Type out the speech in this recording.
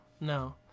no